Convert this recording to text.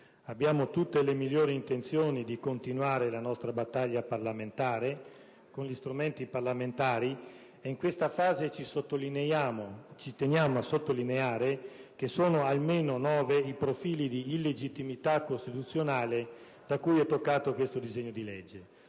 abbiamo tutte le migliori intenzioni di continuare la nostra battaglia parlamentare, con gli strumenti parlamentari di cui disponiamo. In questa fase, teniamo a sottolineare che sono almeno nove i profili di illegittimità costituzionale da cui è toccato il disegno di legge